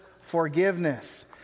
forgiveness